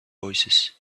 voicesand